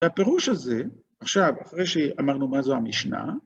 ‫והפירוש הזה, עכשיו, ‫אחרי שאמרנו מה זו המשנה...